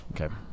Okay